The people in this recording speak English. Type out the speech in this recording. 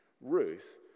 Ruth